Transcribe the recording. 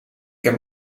hem